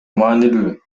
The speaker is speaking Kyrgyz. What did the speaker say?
маанилүү